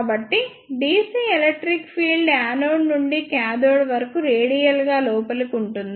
కాబట్టి dc electric field anode నుండి cathode వరకు రేడియల్గా లోపలికి ఉంటుంది